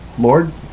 Lord